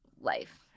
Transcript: life